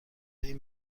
این